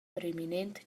reminent